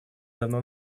давно